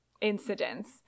incidents